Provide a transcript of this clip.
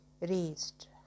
raised